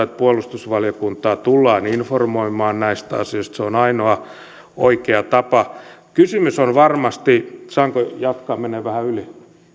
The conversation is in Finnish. että puolustusvaliokuntaa tullaan informoimaan näistä asioista se on ainoa oikea tapa kysymys on varmasti saanko jatkaa menee vähän yli